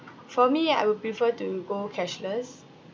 for me I would prefer to go cashless